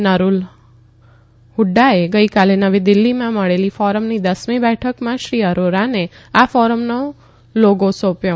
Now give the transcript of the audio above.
નરુલ હ્ર્ક્રાએ ગઇકાલે નવી દિલ્હીમાં મળેલી ફોરમની દસમી બેઠકમાં શ્રી અરોરાને આ ફોરમનો લોગો સોંપ્યો